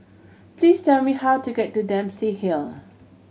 please tell me how to get to Dempsey Hill